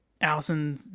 Allison